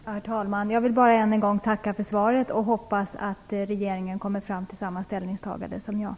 Fru talman! Jag vill bara tillägga att jag delar den förra regeringens oro i den här frågan.